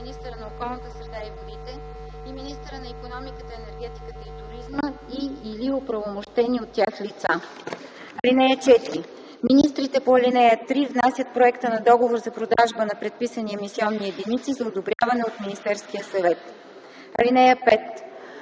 Министрите по ал. 3 внасят проекта на договор за продажба на предписани емисионни единици за одобряване от Министерския съвет.